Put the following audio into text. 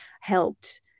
helped